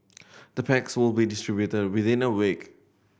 the packs will be distributed within a week